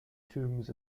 tombs